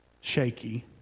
shaky